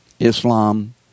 Islam